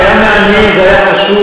זה היה מעניין, זה היה חשוב.